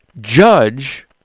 judge